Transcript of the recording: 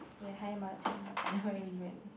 ya higher mother tongue but I never really go and